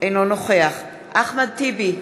אינו נוכח אחמד טיבי,